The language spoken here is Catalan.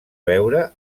veure